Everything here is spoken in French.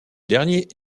dernier